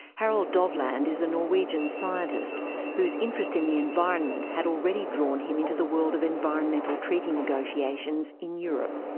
harald dovland is a norwegian scientist whose interest in the environment had already drawn him into the world of environmental treaty negotiations in europe.